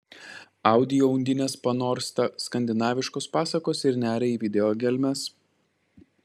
audio undinės panorsta skandinaviškos pasakos ir neria į video gelmes